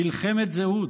מלחמת זהות.